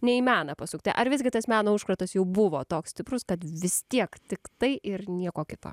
ne į meną pasukti ar visgi tas meno užkratas jau buvo toks stiprus kad vis tiek tik tai ir nieko kito